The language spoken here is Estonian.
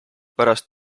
pärast